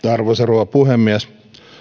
arvoisa rouva puhemies